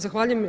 Zahvaljujem.